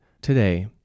today